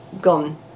gone